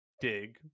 DIG